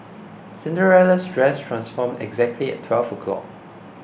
Cinderella's dress transformed exactly at twelve o'clock